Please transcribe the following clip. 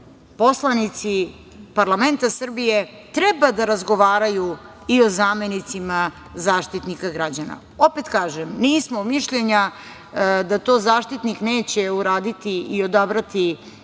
poslanici parlamenta Srbije treba da razgovaraju i o zamenicima Zaštitnika građana. Opet kažem, nismo mišljenja da to Zaštitnik neće uraditi i odabrati